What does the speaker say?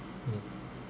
mm